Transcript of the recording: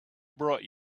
brought